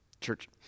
Church